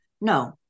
no